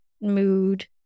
mood